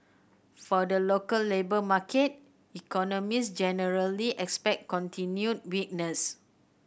for the local labour market economists generally expect continued weakness